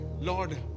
Lord